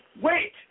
wait